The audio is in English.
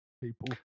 people